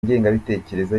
ingengabitekerezo